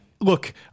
Look